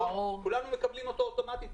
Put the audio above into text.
כולנו מקבלים אותו אוטומטית,